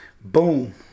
Boom